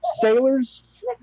sailors